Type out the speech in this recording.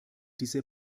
diese